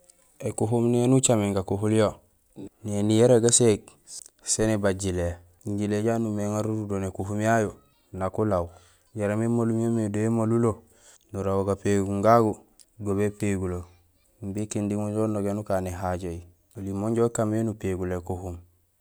Ékuhum néni ucaméén gakuhul yo néni yara gaséég sén ébaj jilé jilé jaju nuñumé éŋar urudo nékuhum yayu nak ulaaw jaraam émalum yaamé do émalulo nuraaw gapégum gagu go bépégulo imbi kindi ujoow unogéén ukaan éhajohi oli mé inja ukaan mé nupégul ékuhum.